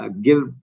Give